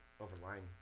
overlying